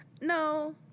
No